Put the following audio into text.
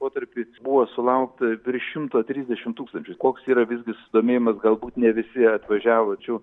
protarpiais buvo sulaukta virš šimto trisdešimt tūkstančių koks yra visgi susidomėjimas galbūt ne visi atvažiavo tačiau